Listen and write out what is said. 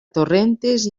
torrentes